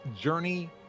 journey